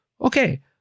Okay